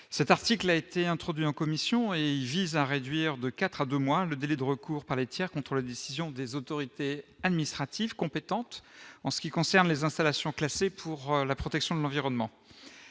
cet article a été introduit en commission et il vise à réduire de 4 à 2 mois le délai de recours par les tirs contre la décision des autorités administratives compétentes en ce qui concerne les installations classées pour la protection de l'environnement,